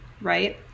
right